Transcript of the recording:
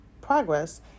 progress